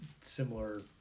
similar